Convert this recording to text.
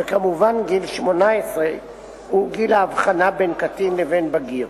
וכמובן גיל 18 הוא גיל ההבחנה בין קטין לבין בגיר.